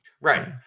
Right